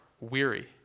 weary